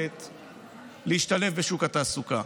היכולת להשתלב בשוק התעסוקה